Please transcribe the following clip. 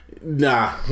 nah